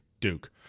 Duke